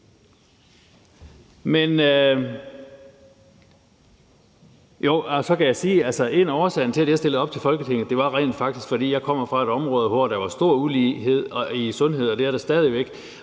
en af årsagerne til, at jeg stillede op til Folketinget, rent faktisk var, at jeg kommer fra et område, hvor der var stor ulighed i sundhed, og det er der stadig væk.